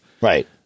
Right